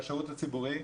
כן, בשירות הציבורי.